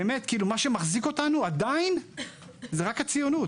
מה שמחזיק אותנו עדיין זה רק הציונות,